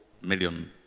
million